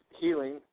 healing